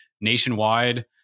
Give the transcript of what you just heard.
nationwide